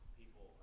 people